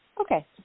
Okay